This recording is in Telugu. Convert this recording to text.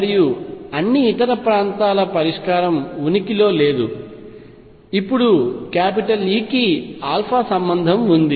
మరియు అన్ని ఇతర ప్రాంతాల పరిష్కారం ఉనికిలో లేదు ఇప్పుడు E కి సంబంధం ఉంది